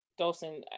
Dolson